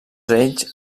ells